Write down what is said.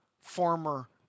former